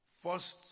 First